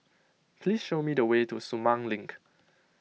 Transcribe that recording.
please show me the way to Sumang Link